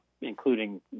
including